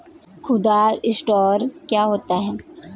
खुदरा स्टोर क्या होता है?